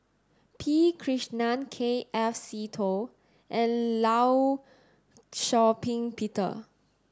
P Krishnan K F Seetoh and Law Shau Ping Peter